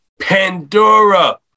Pandora